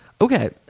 Okay